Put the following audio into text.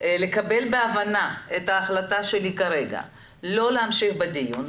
לקבל בהבנה את ההחלטה שלי כרגע לא להמשיך בדיון.